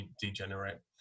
degenerate